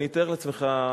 אני אתאר לך,